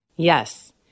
Yes